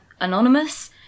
anonymous